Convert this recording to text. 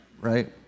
right